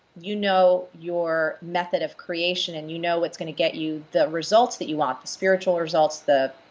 you know your method of creation, and you know what's gonna get you the results that you want. the spiritual results, the,